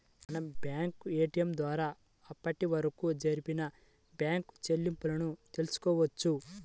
మనం bank ATM ద్వారా అప్పటివరకు జరిపిన బ్యేంకు చెల్లింపులను తెల్సుకోవచ్చు